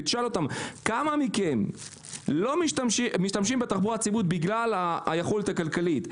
ותשאל אותם: כמה מכם משתמשים בתחבורה ציבורית בגלל היכולת הכלכלית,